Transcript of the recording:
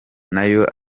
nayo